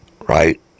Right